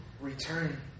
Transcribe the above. return